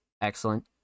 Excellent